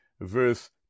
verse